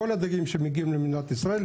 כל הדגים שמגיעים למדינת ישראל,